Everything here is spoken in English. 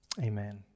Amen